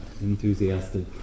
enthusiastic